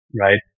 right